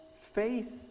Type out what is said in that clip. faith